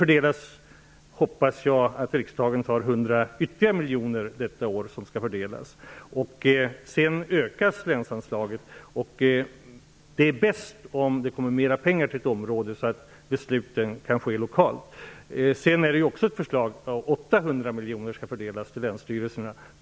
Jag hoppas att riksdagen beviljar ytterligare 100 miljoner till fördelning detta år. Sedan ökas länsanslaget. Det är bäst om det kommer mera pengar till ett område, så att besluten kan fattas lokalt. Det finns också ett förslag om att 800 miljoner kronor skall fördelas till länsstyrelserna.